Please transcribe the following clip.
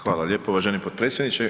Hvala lijepo uvaženi potpredsjedniče.